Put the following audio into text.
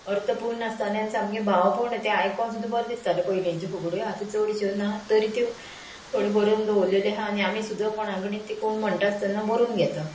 अर्थ पूर्ण आसताले आनी सामकें भावपूर्ण तें आयकोन सुद्दां बरें दिसतालें पयलींच्यो फुगड्यो आतां चडश्यो ना तरी त्यो थोडी बरोवन दवरलेल्यो आहा आनी आमी सुद्दा कोणाकडेन ती कोण म्हणटा आसतना बरोवन घेतलो